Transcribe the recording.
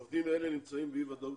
עובדים אלה נמצאים באי ודאות